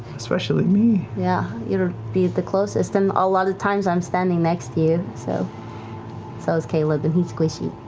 especially me. laura yeah. you'd be the closest. and a lot of times, i'm standing next to you. so so is caleb and he's squishy.